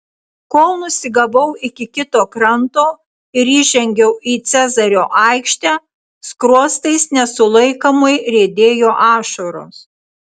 kol nusigavau iki kito kranto ir įžengiau į cezario aikštę skruostais nesulaikomai riedėjo ašaros